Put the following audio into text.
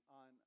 on